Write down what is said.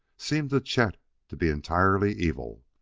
seemed to chet to be entirely evil.